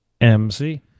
MC